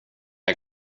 jag